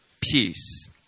peace